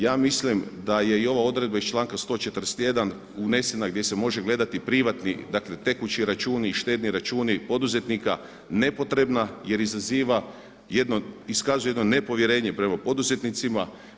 Ja mislim da je i ova odredba iz članka 141. unesena gdje se može gledati privatni, dakle tekući računi, štedni računi poduzetnika nepotrebna jer izaziva jedno, iskazuje jedno nepovjerenje prema poduzetnicima.